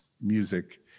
music